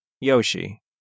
Yoshi